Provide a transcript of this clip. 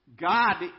God